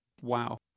Wow